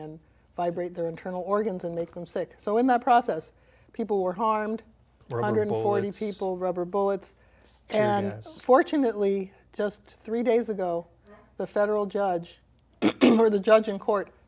and vibrate their internal organs and make them sick so in the process people were harmed or under noisy people rubber bullets and fortunately just three days ago the federal judge or the judge in court